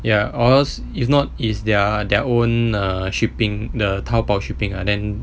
ya or else if not it's their their own err shipping the taobao shipping ah then